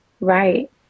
Right